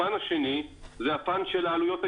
הפן השני זה הפן של העלויות הישירות.